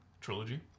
Trilogy